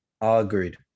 Agreed